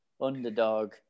underdog